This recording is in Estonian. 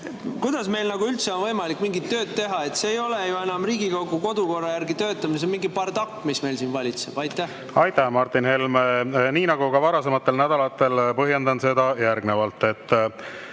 kuidas meil üldse on võimalik mingit tööd teha. See ei ole ju enam Riigikogu kodukorra järgi töötamine, see on mingi bardakk, mis meil siin valitseb. Aitäh, Martin Helme! Nii nagu ka varasematel nädalatel, põhjendan seda järgnevalt.